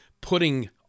putting